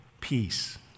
peace